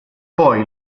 poi